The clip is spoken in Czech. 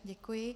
Děkuji.